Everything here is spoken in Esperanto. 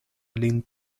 lin